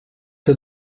que